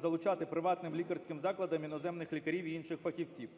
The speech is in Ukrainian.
залучати приватним лікарським закладам іноземних лікарів і інших фахівців.